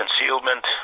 concealment